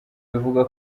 bivugwa